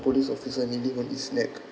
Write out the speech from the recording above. police officer kneeling at his neck